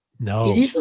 No